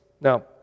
Now